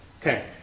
Okay